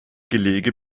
gelege